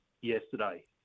yesterday